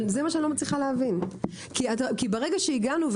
זה מה שאני לא מצליחה להבין כי ברגע שהגענו,